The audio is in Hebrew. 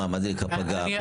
מה זה נקרא פגע?